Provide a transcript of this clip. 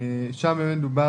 שם באמת דובר,